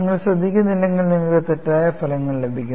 നിങ്ങൾ ശ്രദ്ധിക്കുന്നില്ലെങ്കിൽ നിങ്ങൾക്ക് തെറ്റായ ഫലങ്ങൾ ലഭിക്കും